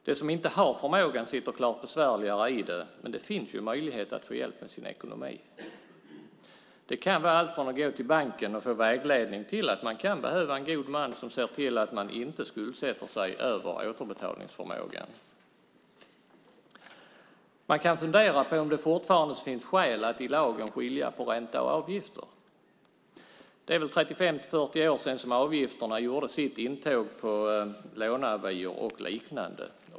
De som inte har förmågan sitter klart besvärligare i det, men det finns ju möjlighet att få hjälp med sin ekonomi. Det kan vara allt från att gå till banken och få vägledning till att man kan behöva en god man som ser till att man inte skuldsätter sig över återbetalningsförmågan. Man kan fundera på om det fortfarande finns skäl att i lagen skilja på ränta och avgifter. Det är väl 35-40 år sedan som avgifterna gjorde sitt intåg på låneavier och liknande.